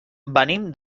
venim